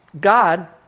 God